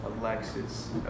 Alexis